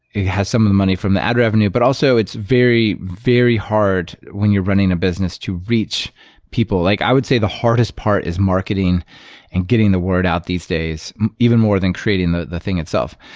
it has some of the money from the ad revenue, but also it's very, very hard when you're running a business to reach people. like i would say the hardest part is marketing and getting the word out these days even more than creating that the thing itself.